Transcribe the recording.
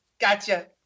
Gotcha